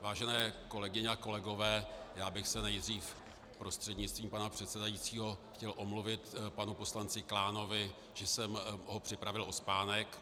Vážené kolegyně a kolegové, já bych se nejdřív prostřednictvím pana předsedajícího chtěl omluvit panu poslanci Klánovi, že jsem ho připravil o spánek.